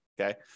okay